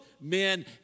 men